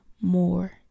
more